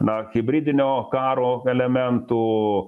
na hibridinio karo elementų